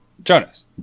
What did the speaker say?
Jonas